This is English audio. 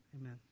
amen